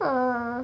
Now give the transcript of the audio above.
ah